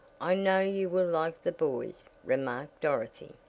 i know you will like the boys, remarked dorothy.